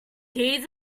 deeds